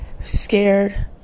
Scared